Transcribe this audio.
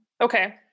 okay